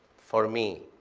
for me,